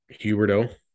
Huberto